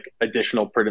additional